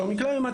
שלומי קלימן,